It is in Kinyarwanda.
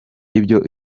ibyo